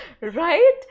right